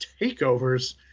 takeovers